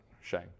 shame